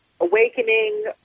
awakening